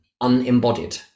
unembodied